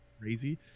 crazy